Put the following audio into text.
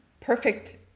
Perfect